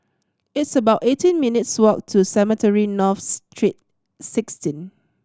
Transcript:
it's about eighteen minutes' walk to Cemetry North Street Sixteen